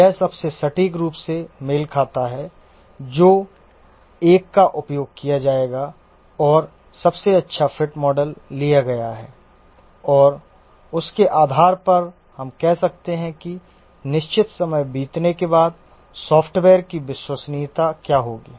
यह सबसे सटीक रूप से मेल खाता है जो एक का उपयोग किया जाएगा और सबसे अच्छा फिट मॉडल लिया गया है और उसके आधार पर हम कह सकते हैं कि निश्चित समय बीतने के बाद सॉफ्टवेयर की विश्वसनीयता क्या होगी